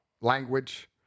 language